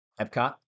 Epcot